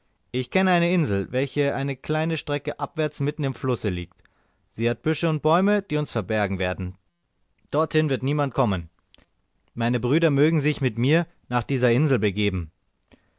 ich kenne eine insel welche eine kleine strecke abwärts mitten im flusse liegt sie hat büsche und bäume die uns verbergen werden dorthin wird niemand kommen meine brüder mögen sich mit mir nach dieser insel begeben